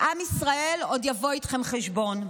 עם ישראל עוד יבוא איתכם חשבון.